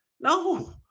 No